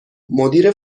مدیر